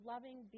Loving